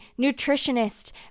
nutritionist